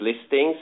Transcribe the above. listings